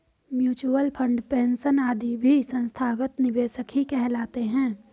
mutual fund, pension आदि भी संस्थागत निवेशक ही कहलाते हैं